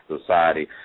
society